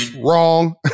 Wrong